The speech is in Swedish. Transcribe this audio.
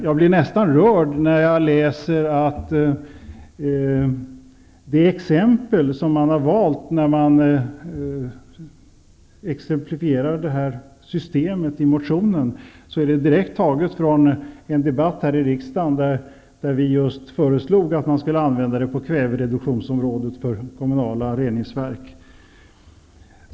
Jag blir nästan rörd när jag läser det som har valts ut i motionen när det gäller att exemplifiera det här systemet. Det är direkt taget från en debatt här i riksdagen där vi föreslog just att detta skulle användas på kvävereduktionsområdet för kommunala reningsverk.